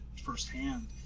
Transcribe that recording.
firsthand